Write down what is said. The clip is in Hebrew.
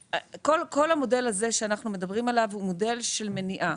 כל המודל הזה שאנחנו מדברים עליו הוא מודל של מניעה.